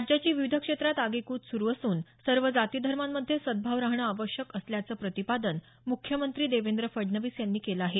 राज्याची विविध क्षेत्रात आगेकूच सुरू असून सर्व जातीधर्मांमध्ये सद्भाव राहणं आवश्यक असल्याचं प्रतिपादन मुख्यमंत्री देवेंद्र फडणवीस यांनी केलं आहे